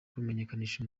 kumenyekanisha